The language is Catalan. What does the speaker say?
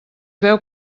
veu